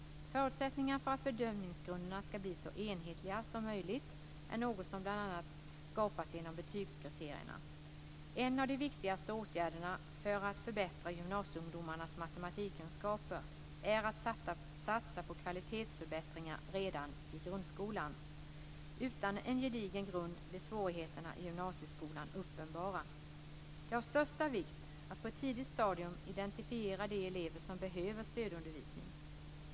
Förutsättningar för att bedömningsgrunderna ska bli så enhetliga som möjligt är något som bl.a. skapas genom betygskriterierna. En av de viktigaste åtgärderna för att förbättra gymnasieungdomarnas matematikkunskaper är att satsa på kvalitetsförbättringar redan i grundskolan - utan en gedigen grund blir svårigheterna i gymnasieskolan uppenbara. Det är av största vikt att på ett tidigt stadium identifiera de elever som behöver stödundervisning.